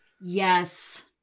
Yes